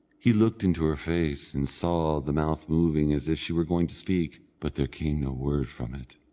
he looked into her face, and saw the mouth moving as if she were going to speak, but there came no word from it.